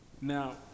Now